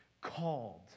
called